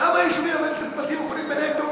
למה יישובים נכבדים ומכובדים בנגב לא מקבלים?